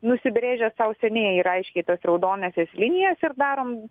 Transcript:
nusibrėžę sau seniai ir aiškiai tas raudonąsias linijas ir darom